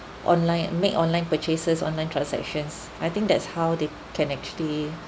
online make online purchases online transactions I think that's how they can actually